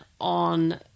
on